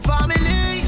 Family